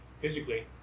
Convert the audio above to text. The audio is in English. physically